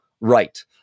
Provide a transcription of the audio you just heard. right